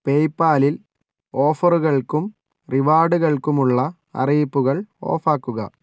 പേയ്പാലിൽ ഓഫറുകൾക്കും റിവാർഡുകൾക്കുമുള്ള അറിയിപ്പുകൾ ഓഫാക്കുക